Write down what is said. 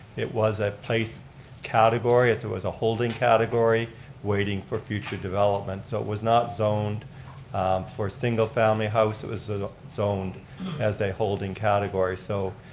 it was a place category, it it was a holding category waiting for future development, so it was not zoned for a single-family house, it was zoned as a holding category, so